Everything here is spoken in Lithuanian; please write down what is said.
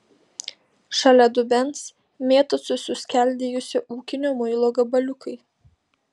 šalia dubens mėtosi suskeldėjusio ūkinio muilo gabaliukai